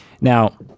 Now